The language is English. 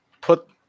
put